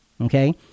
okay